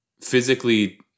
physically